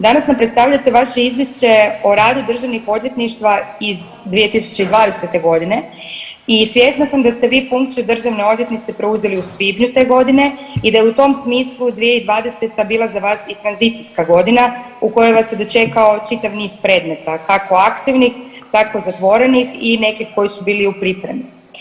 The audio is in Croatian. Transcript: Danas nam predstavljate vaše izvješće o radu državnih odvjetništva iz 2020.g. i svjesna sam da ste vi funkciju državne odvjetnice preuzeli u svibnju te godine i da u tom smislu 2020. bila za vas i tranzicijska godina u kojoj vas je dočekao čitav niz predmeta kako aktivnih tako zatvorenih i neki koji su bili u pripremi.